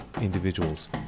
individuals